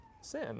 sin